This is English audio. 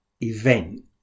event